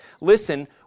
listen